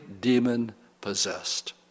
demon-possessed